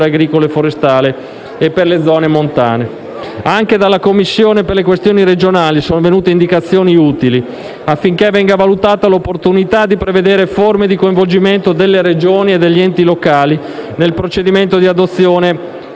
agricolo e forestale e per le zone montane. Anche dalla Commissione parlamentare per le questioni regionali sono venute indicazioni utili affinché venga valutata l'opportunità di prevedere forme di coinvolgimento delle Regioni e degli enti locali nel procedimento di adozione